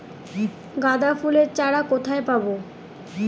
গাঁদা ফুলের চারা কোথায় পাবো?